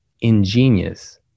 ingenious